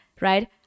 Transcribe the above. right